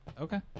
Okay